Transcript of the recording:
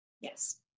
Yes